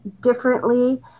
differently